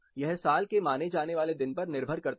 यह साल के माने जाने वाले दिन पर निर्भर करता है